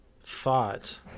thought